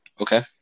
Okay